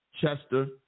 chester